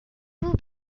vous